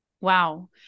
Wow